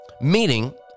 meaning